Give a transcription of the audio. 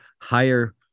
higher